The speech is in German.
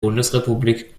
bundesrepublik